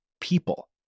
people